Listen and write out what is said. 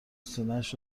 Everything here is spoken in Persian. سینهاش